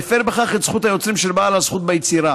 מפר בכך את זכות היוצרים של בעל הזכות ביצירה